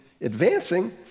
advancing